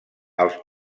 als